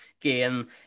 game